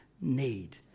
need